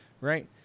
Right